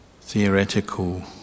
theoretical